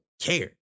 care